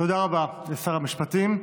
תודה רבה לשר המשפטים.